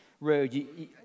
road